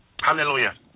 Hallelujah